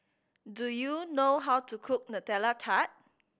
do you know how to cook Nutella Tart